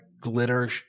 glitter